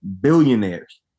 billionaires